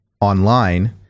online